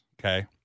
okay